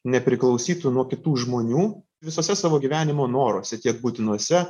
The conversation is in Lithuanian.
nepriklausytų nuo kitų žmonių visose savo gyvenimo noruose tiek būtinuose